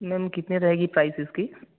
ma'am कितने रहेगी price इसकी